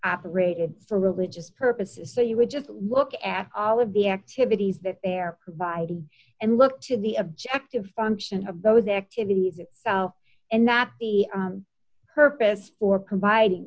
operated for religious purposes so you would just look at all of the activities that they're providing and look to the objective function of those activities and that's the purpose for providing